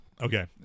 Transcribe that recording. Okay